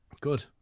Good